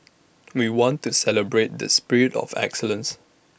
we want to celebrate this spirit of excellence